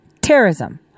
terrorism